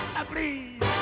please